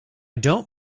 don’t